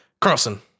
Carlson